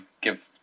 give